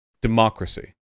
democracy